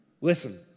Listen